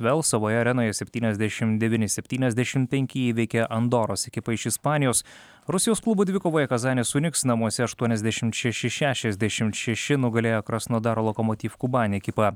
vėl savoje arenoje septyniasdešimt devyni septyniasdešimt penki įveikė andoros ekipą iš ispanijos rusijos klubų dvikovoje kazanės uniks namuose aštuoniasdešimt šeši šešiasdešimt šeši nugalėjo krasnodaro lokomotiv kuban ekipą